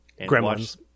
Gremlins